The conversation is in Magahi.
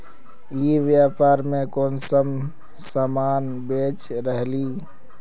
ई व्यापार में कुंसम सामान बेच रहली?